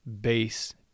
base